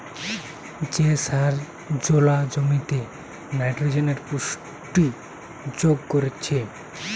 যে সার জোলা জমিতে নাইট্রোজেনের পুষ্টি যোগ করছে